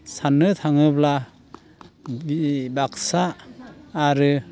साननो थाङोब्ला बे बाकसा आरो